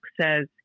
says